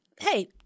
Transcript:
Hey